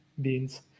beans